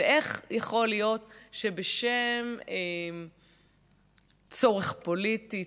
ואיך יכול להיות שבשם צורך פוליטי,